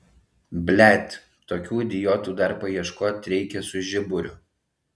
blet tokių idiotų dar paieškot reikia su žiburiu